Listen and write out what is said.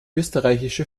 österreichische